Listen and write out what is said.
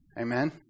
Amen